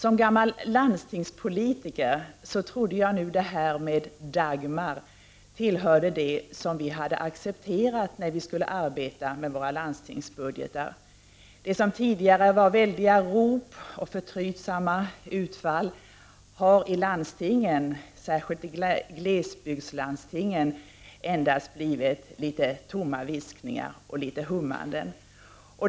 Som gammal landstingspolitiker trodde jag att Dagmarsystemet tillhörde de accepterade inslagen i arbetet med våra landstingsbudgetar. Tidigare väldiga rop och förtrytsamma utfall har i landstingen, särskilt i glesbygdslandstingen, ersatts av små viskningar och hummanden.